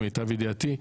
למיטב ידיעתי,